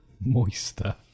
Moister